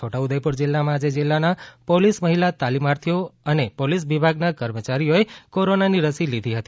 છોટાઉદેપુર જિલ્લામાં આજે જિલ્લાના પોલીસ મહિલા તાલીમાર્થીઓ અને પોલીસ વિભાગનાં કર્મચારીઓએ કોરોનાની રસી લીધી હતી